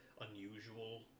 unusual